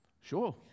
sure